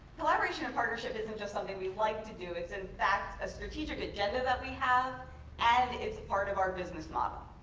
collaboration and partnership isn't just something we like to do. in fact a strategic agenda that we have and it's part of our business model.